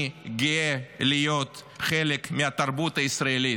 אני גאה להיות חלק מהתרבות הישראלית,